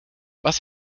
was